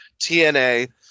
tna